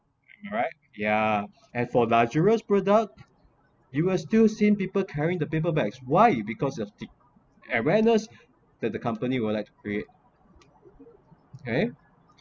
alright yeah and for luxurious product you are still seen people carrying the paper bags why because of the awareness that the company would like to create okay